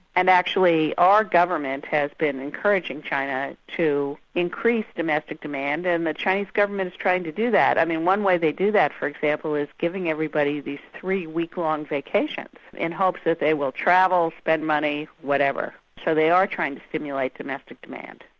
and actually, our government has been encouraging china to increase domestic demand and the chinese government's trying to do that. i mean one way they do that for example, is giving everybody these three-week-long vacations, in hopes that they will travel, spend money, whatever. so they are trying to stimulate domestic demand.